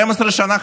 12 שנה,